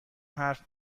حرف